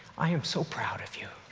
i am so proud of you.